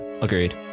Agreed